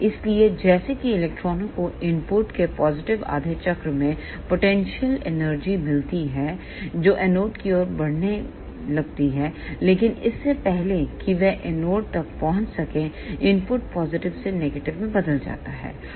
इसलिए जैसे ही इलेक्ट्रॉनों को इनपुट के पॉजिटिव आधे चक्र में पोटेंशियल एनर्जी मिलती है जो एनोड की ओर बढ़ने लगती है लेकिन इससे पहले कि वह एनोड तक पहुंच सके इनपुट पॉजिटिव से नेगेटिव में बदल जाता है